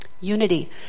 Unity